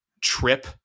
trip